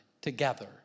together